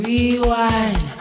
Rewind